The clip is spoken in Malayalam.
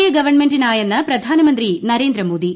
എ ഗവൺമെന്റിനായെന്ന് പ്രധാനമന്ത്രി നരേന്ദ്രമോദി